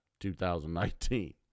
2019